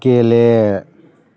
गेले